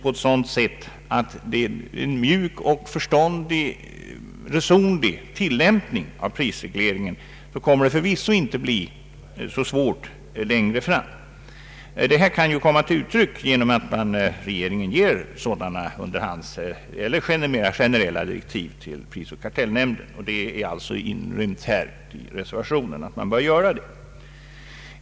Om Pprisregleringen sköts mjukt, förståndigt och resonligt så blir det förvisso inte så svårt längre fram. Det kan komma till uttryck genom att regeringen under hand ger generella direktiv till prisoch kartellnämnden. Reservationen inrymmer det förslaget.